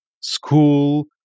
school